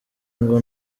ngo